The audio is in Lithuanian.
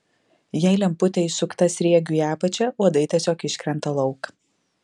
jei lemputė įsukta sriegiu į apačią uodai tiesiog iškrenta lauk